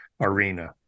arena